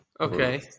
Okay